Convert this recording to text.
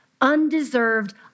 undeserved